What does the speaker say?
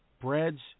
breads